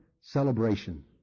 celebration